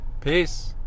Peace